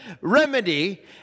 remedy